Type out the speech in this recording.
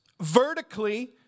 vertically